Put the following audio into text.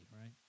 right